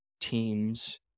teams